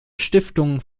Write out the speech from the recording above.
stiftung